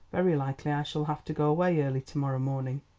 very likely i shall have to go away early to-morrow morning.